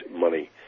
money